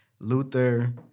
Luther